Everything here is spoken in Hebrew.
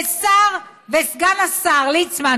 והשר וסגן השר ליצמן,